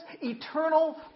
eternal